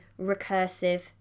Recursive